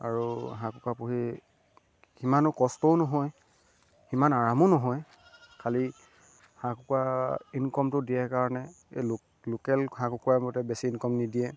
আৰু হাঁহ কুকুৰা পুহি সিমানো কষ্টও নহয় সিমান আৰামো নহয় খালী হাঁহ কুকুৰা ইনকমটো দিয়ে কাৰণে এই লোক লোকেল হাঁহ কুকুৰা মতে বেছি ইনকম নিদিয়ে